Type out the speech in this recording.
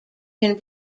can